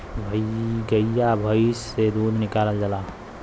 गइया भईस से दूध निकालल जाला